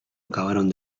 acabaron